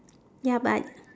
ya but